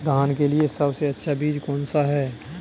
धान के लिए सबसे अच्छा बीज कौन सा है?